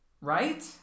Right